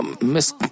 miss